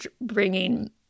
bringing